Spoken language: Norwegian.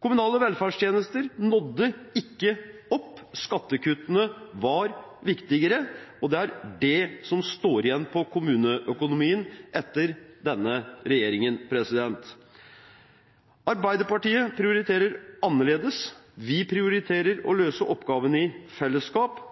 Kommunale velferdstjenester nådde ikke opp, skattekuttene var viktigere, og det er det som står igjen på kommuneøkonomien etter denne regjeringen. Arbeiderpartiet prioriterer annerledes. Vi prioriterer å løse oppgavene i fellesskap.